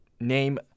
name